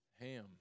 Ham